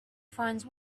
finds